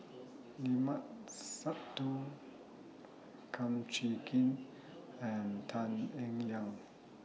Limat Sabtu Kum Chee Kin and Tan Eng Liang